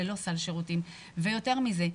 יותר מזה,